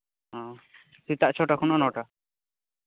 ᱥᱮᱛᱟᱜ ᱪᱷᱚᱴᱟ ᱠᱷᱚᱱᱟᱜ ᱱᱚᱴᱟ